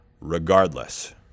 regardless